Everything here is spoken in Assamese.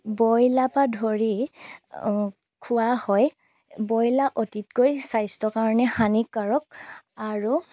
ব্ৰইলাৰপৰা ধৰি খোৱা হয় বইলা অতিকৈ স্বাস্থ্যৰ কাৰণে হানিকাৰক আৰু